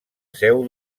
seu